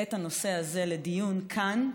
את הנושא הזה לדיון כאן,